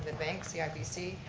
and banks, the ibc,